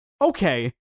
Okay